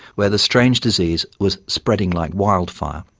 where the strange disease was spreading like wildfire.